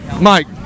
Mike